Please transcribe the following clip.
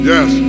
Yes